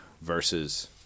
versus